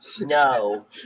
No